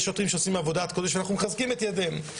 יש שוטרים שעושים עבודת קודש ואנחנו מחזקים את ידיהם.